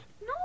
No